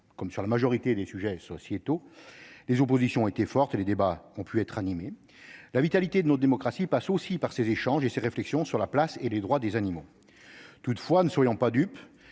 Comme sur la majorité des sujets sociétaux, les oppositions ont été fortes et les débats animés. La vitalité de notre démocratie passe aussi par ces échanges et ces réflexions sur la place et les droits des animaux. Toutefois, ne soyons pas dupes